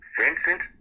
Vincent